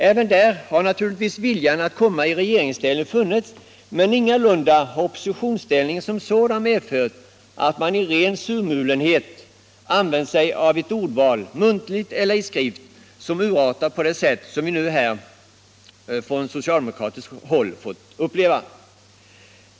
Även där har naturligtvis viljan att komma i regeringsställning funnits, men oppositionsställningen som sådan har ingalunda medfört att man i ren surmulenhet har använt sig av ett ordval, munitlipt eller i skrift, som urartat på det sätt som vi har fått uppleva från socialdemokratiskt håll.